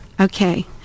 Okay